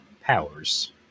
powers